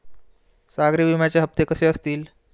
सागरी विम्याचे हप्ते कसे असतील?